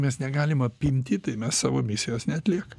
mes negalim apimti tai mes savo misijos neatlieka